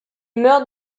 meurt